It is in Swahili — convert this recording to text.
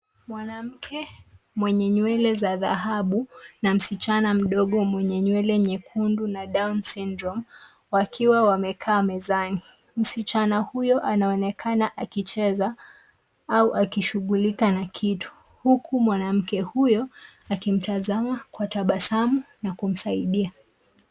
Mwanamke mwenye nywele za dhahabu na msichana mdogo mwenye nywele nyekundu na downs syndrome wakiwa wamekaa mezani. Msichana huyo anaonekana akicheza au akishughulika na kitu huku mwanamke huyo akimtazama kwa tabasamu na kumsaidia.